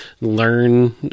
learn